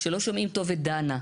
שלא שומעים טוב את דנה.